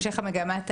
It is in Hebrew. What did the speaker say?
גם על עבירות מס.